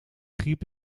griep